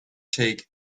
take